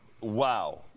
Wow